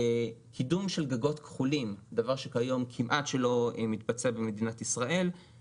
קידום של גגות כחולים הוא דבר שכמעט ולא מתבצע כיום במדינת ישראל,